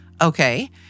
Okay